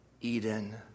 Eden